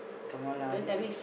come on lah this is